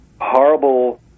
horrible